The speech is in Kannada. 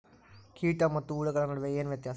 ಕೇಟ ಮತ್ತು ಹುಳುಗಳ ನಡುವೆ ಏನ್ ವ್ಯತ್ಯಾಸ?